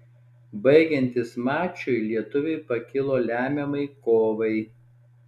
baigiantis mačui lietuviai pakilo lemiamai kovai